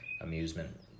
amusement